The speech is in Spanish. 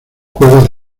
cuevas